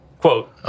quote